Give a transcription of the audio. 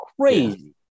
crazy